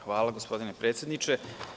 Hvala, gospodine predsedniče.